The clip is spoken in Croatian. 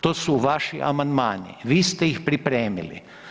To su vaši amandmani, vi ste ih pripremili.